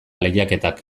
lehiaketak